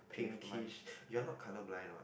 pinkish you are not colourblind what